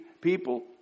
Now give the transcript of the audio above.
people